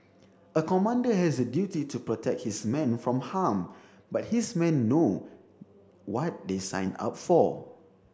a commander has a duty to protect his men from harm but his men know what they signed up for